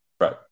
Right